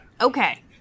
Okay